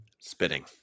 Spitting